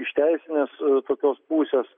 iš teisinės tokios pusės